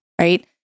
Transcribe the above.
right